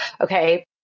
Okay